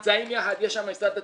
הם נמצאים יחד, יש שם את משרד התיירות.